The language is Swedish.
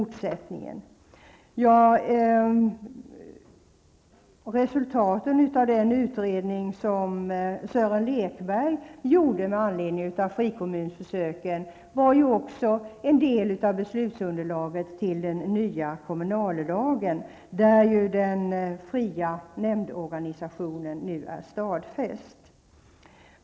Resultaten av den utredning som Sören Lekberg gjorde med anledning av frikommunförsöken var också en del av beslutsunderlaget till den nya kommunallagen, där den fria nämndorganisationen nu är stadfäst.